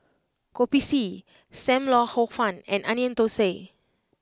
Kopi C Sam Lau Hor Fun and Onion Thosai